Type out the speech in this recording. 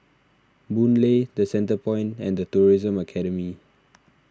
Boon Lay the Centrepoint and the Tourism Academy